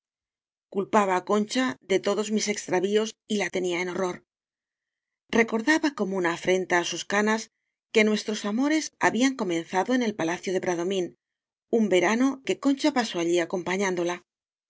á concha de todos mis extravíos y la tenía en horror recordaba como una afrenta á sus canas que nuestros amores ha bían comenzado en el palacio de bradomín un verano que concha pasó allí